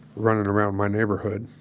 running around my neighborhood.